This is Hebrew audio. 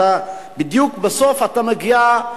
בדיוק בסוף אתה מגיע,